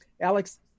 Alex